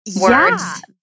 words